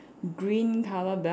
green colour belt